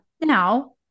Now